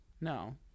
No